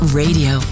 radio